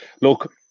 look